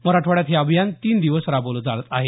मराठवाड्यात हे अभियान तीन दिवस राबवलं जाणार आहे